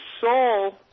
soul